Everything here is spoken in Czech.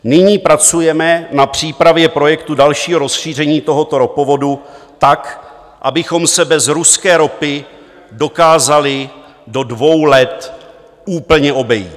Nyní pracujeme na přípravě projektu dalšího rozšíření tohoto ropovodu tak, abychom se bez ruské ropy dokázali do dvou let úplně obejít.